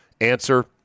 Answer